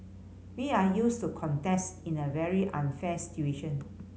we are used to contest in a very unfair situation